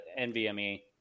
NVMe